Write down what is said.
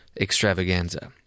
extravaganza